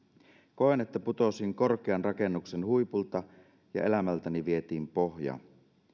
koen että putosin korkean rakennuksen huipulta ja elämältäni vietiin pohja